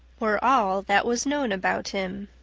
were all that was known about him.